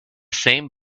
same